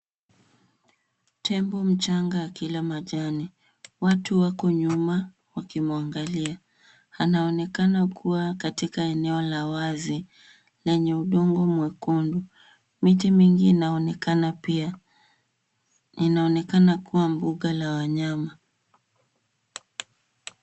Tembo mchanga akila majani. Watu wako nyuma wakimwangalia. Anaonekana kuwa katika eneo la wazi lenye udongo mwekundu. Miti mingi inaonekana pia na inaonekana kuwa mbuga la wanyama.